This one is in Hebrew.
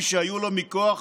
כפי שהיו לו מכוח